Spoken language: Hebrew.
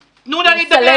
תנו לה לדבר --- רביזיה גם.